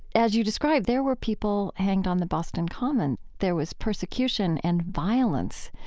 as you describe, there were people hanged on the boston common. there was persecution and violence.